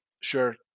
Sure